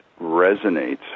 resonates